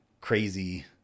crazy